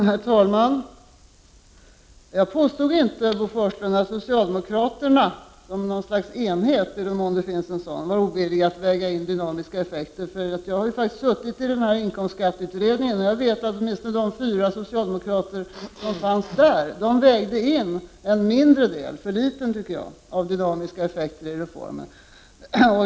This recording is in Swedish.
Herr talman! Jag påstod inte, Bo Forslund, att socialdemokraterna som något slags enhet, i den mån det finns någon, var ovilliga att väga in dynamiska effekter. Jag har ju suttit i inkomstskatteutredningen och vet att åtminstone de fyra socialdemokraterna där vägde in en mindre del — för liten del, tycker jag — av dynamiska effekter i reformen.